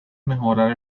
mejorar